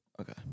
Okay